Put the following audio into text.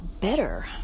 better